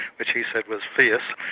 which he said was fierce,